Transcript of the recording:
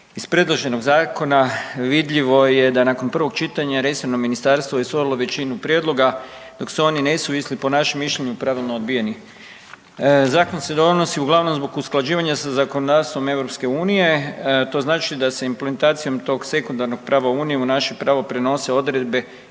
iz predloženog zakona vidljivo je da nakon prvog čitanja resorno ministarstvo je usvojilo većinu prijedloga dok se oni nesuvisli po našem mišljenju pravilno odbijeni. Zakon se donosi uglavnom zbog usklađivanja sa zakonodavstvom EU. To znači da se implementacijom tog sekundarnog prava unije u naše pravo prenose odredbe